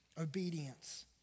obedience